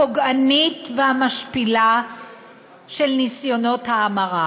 הפוגענית והמשפילה של ניסיונות ההמרה